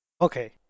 Okay